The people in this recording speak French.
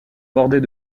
bordés